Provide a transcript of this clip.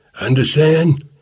Understand